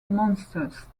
monsters